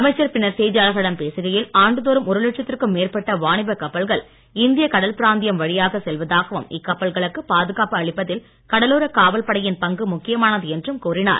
அமைச்சர் பின்னர் செய்தியாளர்களிடம் பேசுகையில் ஆண்டுதோறும் ஒரு லட்சத்துக்கும் மேற்பட்ட வாணிப கப்பல்கள் இந்திய கடல் பிராந்தியம் வழியாக செல்வதாகவும் இக்கப்பல்களுக்கு பாதுகாப்பு அளிப்பதில் கடலோரக் காவல் படையின் பங்கு முக்கியமானது என்றும் கூறினார்